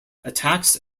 attacks